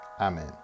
Amen